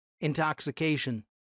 intoxication